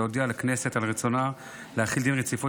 להודיע לכנסת על רצונה להחיל דין רציפות